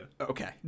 Okay